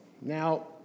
Now